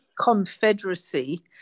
confederacy